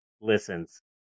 listens